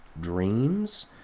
dreams